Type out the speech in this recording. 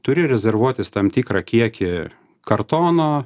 turi rezervuotis tam tikrą kiekį kartono